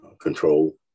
control